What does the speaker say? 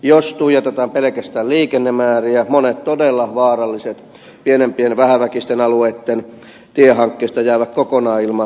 jos tuijotetaan pelkästään liikennemääriä monet todella vaaralliset pienempien ja vähäväkisten alueitten tiehankkeista jäävät kokonaan ilman rahoitusta